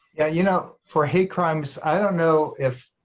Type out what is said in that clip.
yeah, you know, for hate crimes i don't know if